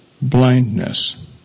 blindness